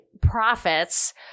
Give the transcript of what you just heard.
profits